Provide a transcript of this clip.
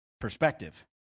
perspective